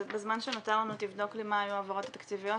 בזמן שנותר לנו תבדוק לי מה היו העברות התקציביות,